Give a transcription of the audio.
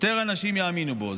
יותר אנשים יאמינו בו.